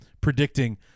predicting